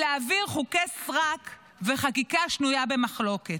להעביר חוקי סרק וחקיקה שנויה במחלוקת.